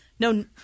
No